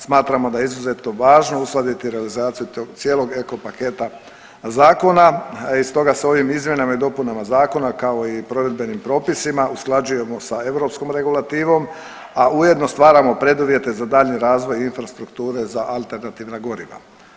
Smatramo da je izuzetno važno uskladiti realizaciju tog cijelog eko paketa zakona, stoga se ovim izmjenama i dopunama zakona kao i provedbenim propisima usklađujemo sa europskom regulativom, a ujedno stvaramo preduvjete za dalji razvoj infrastrukture za alternativna goriva.